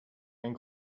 einen